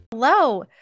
Hello